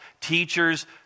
teachers